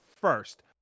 First